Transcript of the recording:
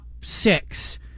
six